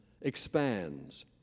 expands